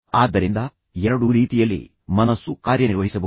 ಆದ್ದರಿಂದ ಎರಡೂ ರೀತಿಯಲ್ಲಿ ಮನಸ್ಸು ಕಾರ್ಯನಿರ್ವಹಿಸಬಹುದು